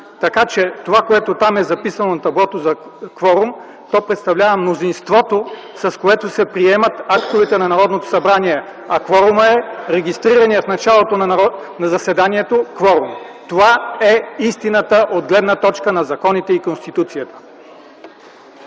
Така че това, което е записано на таблото за кворум, то представлява мнозинството, с което се приемат актовете на Народното събрание, а кворумът е регистрираният в началото на заседанието кворум. Това е истината от гледна точка на законите и Конституцията.